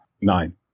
Nine